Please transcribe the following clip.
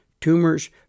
tumors